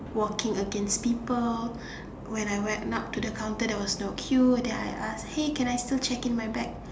walking against people when I went up to the counter there was no queue then I ask hey can I still check in my bag